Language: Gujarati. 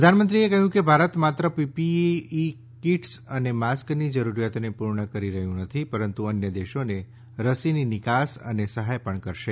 પ્રધાનમંત્રીએ કહ્યું કે ભારત માત્ર પીપીએ કિટ્સ અને માસ્કની જરુરિયાતોને પૂર્ણ કરી રહ્યું નથી પરંતુ અન્ય દેશોને રસીની નિકાસ અને સહાય પણ કરશે